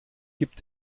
gibt